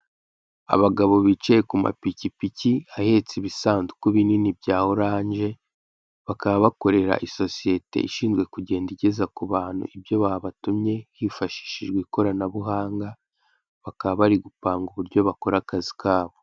Abagabo bicaye ku mapikipiki ahetse ibisanduku binini bya oranje, bakaba bakorera isosiyete ishinzwe kugenda igeza ku bantu ibyo babatumye hifashishijwe ikoranabuhanga, bakaba bari gupanga uburyo bakora akazi kabo.